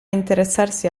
interessarsi